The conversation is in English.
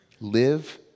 Live